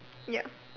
ya